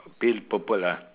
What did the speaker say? pale purple lah